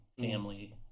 family